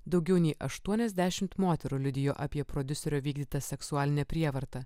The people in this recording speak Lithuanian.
daugiau nei aštuoniasdešimt moterų liudijo apie prodiuserio vykdytą seksualinę prievartą